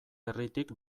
herritik